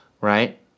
right